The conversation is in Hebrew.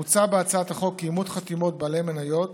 מוצע בהצעת החוק כי אימות חתימות בעלי המניות